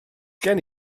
gen